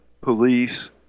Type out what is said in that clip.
police